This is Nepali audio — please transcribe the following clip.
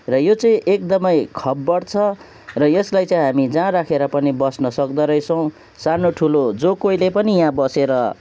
र यो चाहिँ एकदमै खब्बड छ र यसलाई चाहिँ हामी जहाँ राखेर पनि बस्न सक्दोरहेछौँ सानो ठुलो जो कोहीले पनि यहाँ बसेर